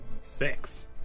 Six